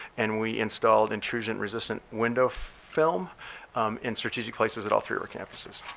and we installed intrusion resistant windows film in strategic places at all through our campuses.